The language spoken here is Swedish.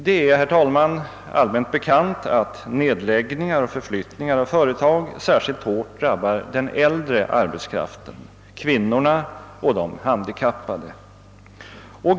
Det är, herr talman, allmänt bekant att nedläggningar och förflyttningar av företag särskilt hårt drabbar den äldre arbetskraften, kvinnorna och de handikappade.